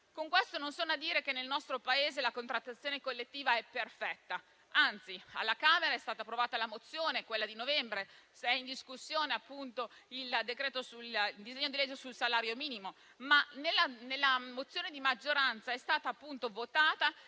Con questo, non sono a dire che nel nostro Paese la contrattazione collettiva è perfetta; anzi, alla Camera è stata approvata una mozione in merito a novembre ed è in discussione il disegno di legge sul salario minimo. Nella mozione di maggioranza è stato votato